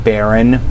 Baron